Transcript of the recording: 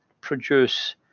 produce